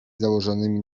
założonymi